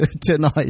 Tonight